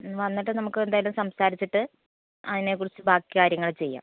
വന്നിട്ട് നമുക്കെന്തായാലും സംസാരിച്ചിട്ട് അതിനെ കുറിച്ച് ബാക്കി കാര്യങ്ങൾ ചെയ്യാം